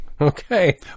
Okay